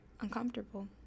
uncomfortable